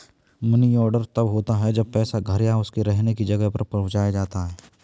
money order तब होता है जब पैसा घर या उसके रहने की जगह पर पहुंचाया जाता है